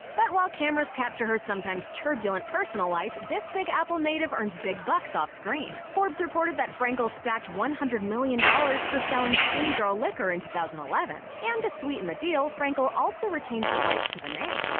but while cameras capture her sometimes turbulent personal life, this big apple native earns big bucks off-screen. forbes reported that frankel stacked one hundred million dollars for selling skinnygirl liquor in two thousand and eleven. and to sweeten the deal, frankel also retained the rights to the name.